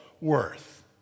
worth